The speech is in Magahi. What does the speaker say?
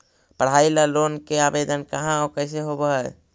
पढाई ल लोन के आवेदन कहा औ कैसे होब है?